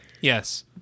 Yes